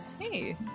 Hey